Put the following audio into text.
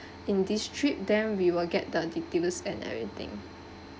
in this trip then we will get the details and everything